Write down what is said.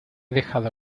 dejado